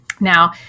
Now